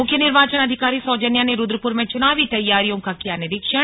मुख्य निर्वाचन अधिकारी सौजन्या ने रुद्रपुर में चुनावी तैयारियों का किया निरीक्षण